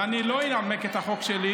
ואני לא אנמק את החוק שלי,